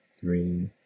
three